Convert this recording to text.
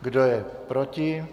Kdo je proti?